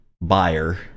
buyer